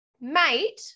mate